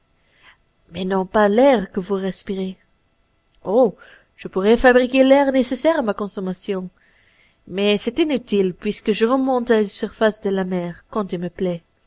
mais non pas l'air que vous respirez oh je pourrais fabriquer l'air nécessaire à ma consommation mais c'est inutile puisque je remonte à la surface de la mer quand il me plaît